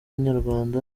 inyarwanda